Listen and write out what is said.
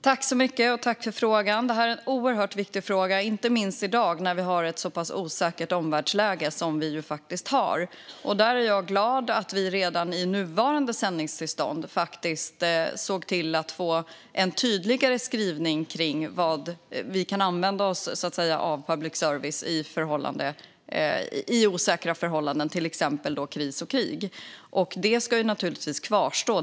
Fru talman! Jag tackar för frågan. Det här är en oerhört viktig fråga, inte minst i dag när vi har ett så osäkert omvärldsläge som vi faktiskt har. Jag är glad över att vi redan i nuvarande sändningstillstånd såg till att få en tydligare skrivning kring hur public service kan användas under osäkra förhållanden, till exempel kris och krig. Det ska naturligtvis kvarstå.